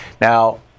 Now